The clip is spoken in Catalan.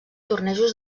tornejos